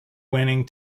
winning